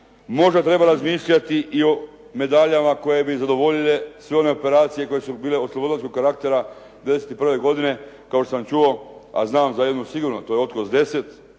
možda je trebalo razmišljati i o medaljama koje bi zadovoljile sve one operacije koje su bile oslobodilačkog karaktera '91. godine, kao što sam čuo, a znam za jednu sigurno, to je …/Govornik